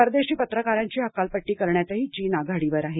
परदेशी पत्रकारांची हकालपट्टी करण्यातही चीन आघाडीवर आहे